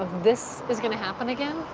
this is gonna happen again,